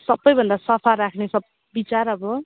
सबैभन्दा सफा राख्ने स विचार अब